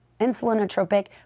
insulinotropic